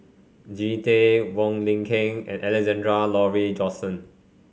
Jean Tay Wong Lin Ken and Alexander Laurie Johnston